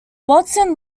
walton